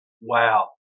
wow